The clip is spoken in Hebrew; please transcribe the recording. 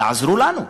תעזרו לנו,